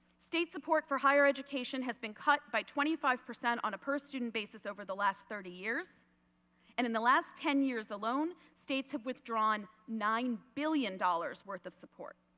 state support for higher education has been cut by twenty five percent on a per student basis over the last thirty years and in the last ten years alone states have withdrawn nine billion dollars worth of support.